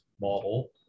model